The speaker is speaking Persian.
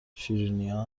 شیرینیا